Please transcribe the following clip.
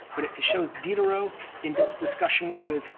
but it it shows diderot in discussion with